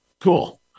cool